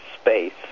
space